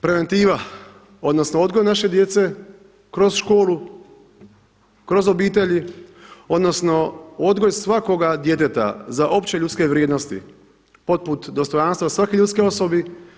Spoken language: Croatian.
Preventiva odnosno odgoj naše djece kroz školu, kroz obitelji odnosno odgoj svakoga djeteta za opće ljudske vrijednosti poput dostojanstva svakoj ljudskoj osobi.